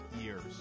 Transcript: years